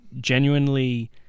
genuinely